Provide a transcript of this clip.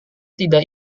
tidak